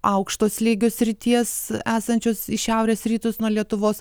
aukšto slėgio srities esančios į šiaurės rytus nuo lietuvos